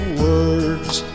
words